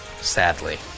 Sadly